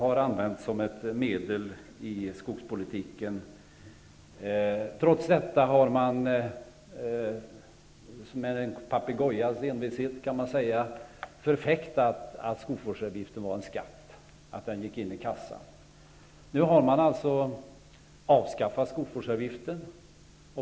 Trots detta har man med en papegojas envishet förfäktat att skogvårdsavgiften var en skatt som gick in i statskassan. Nu har man avskaffat skogsvårdsavgiften.